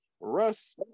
russ